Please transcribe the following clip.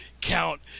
count